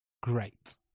great